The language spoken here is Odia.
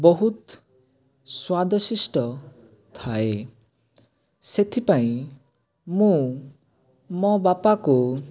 ବହୁତ ସ୍ୱାଦଶିଷ୍ଟ ଥାଏ ସେଥିପାଇଁ ମୁଁ ମୋ ବାପାକୁ